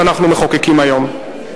שאנחנו מחוקקים היום.